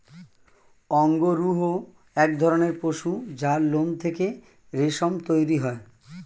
অঙ্গরূহ এক ধরণের পশু যার লোম থেকে রেশম তৈরি হয়